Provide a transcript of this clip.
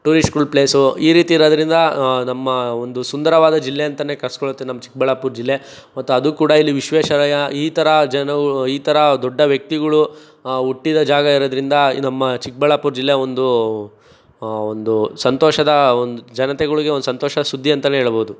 ಟೂರಿಸ್ಟ್ಗಳ place ಈ ರೀತಿ ಇರೋದ್ರಿಂದ ನಮ್ಮ ಒಂದು ಸುಂದರವಾದ ಜಿಲ್ಲೆ ಅಂತಲೇ ಕರೆಸ್ಕೊಳ್ಳುತ್ತೆ ನಮ್ಮ ಚಿಕ್ಕಬಳ್ಳಾಪುರ ಜಿಲ್ಲೆ ಮತ್ತದು ಕೂಡ ಇಲ್ಲಿ ವಿಶ್ವೇಶ್ವರಯ್ಯ ಈ ಥರ ಜನಗಳು ಈ ಥರ ದೊಡ್ಡ ವ್ಯಕ್ತಿಗಳು ಹುಟ್ಟಿರೋ ಜಾಗ ಇರೋದ್ರಿಂದ ನಮ್ಮ ಚಿಕ್ಕಬಳ್ಳಾಪುರ ಜಿಲ್ಲೆ ಒಂದು ಒಂದು ಸಂತೋಷದ ಒಂದು ಜನತೆಗಳಿಗೆ ಒಂದು ಸಂತೋಷದ ಸುದ್ದಿ ಅಂತಲೇ ಹೇಳಬಹುದು